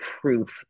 proof